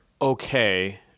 okay